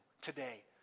today